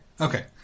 Okay